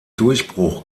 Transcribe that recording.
durchbruch